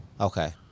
Okay